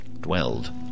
dwelled